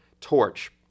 Torch